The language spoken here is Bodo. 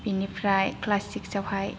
बिनिफ्राय क्लास सिक्सआवहाय